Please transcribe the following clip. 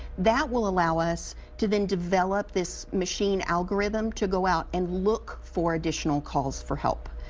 that will allow us to then develop this machine algorithm to go out and look for additional calls for help.